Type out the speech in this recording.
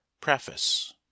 preface